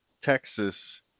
Texas